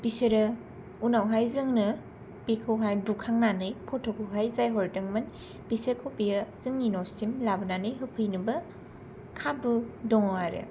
बिसोरो उनावहाय जोंनो बेखौहाय बुखांनानै फट'खौहाय जाय हरदोंमोन बिसोरखौ बियो जोंनि न'सिम लाबोनानै होफैनोबो खाबु दङ' आरो